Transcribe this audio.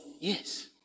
Yes